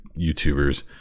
YouTubers